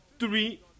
Three